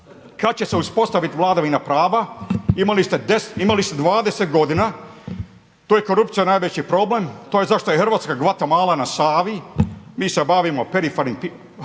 kada će se uspostaviti vladavina prava? Imali ste 20 godina. Tu je korupcija najveći problem. To je zašto je Hrvatska Guatemala na Savi, mi se bavimo perifernim